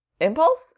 impulse